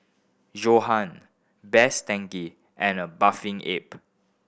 Johan Best Denki and A Bathing Ape